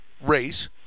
race